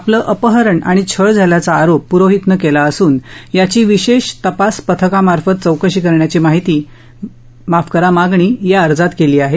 आपलं अपहरण आणि छळ झाल्याचा आरोप पुरोहितनं केला असून याची विशेष तपास पथकामार्फत चौकशी करण्याची मागणी या अर्जात केली आहे